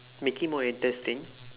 make it more interesting